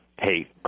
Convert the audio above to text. hey